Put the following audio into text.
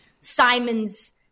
Simon's